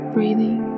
Breathing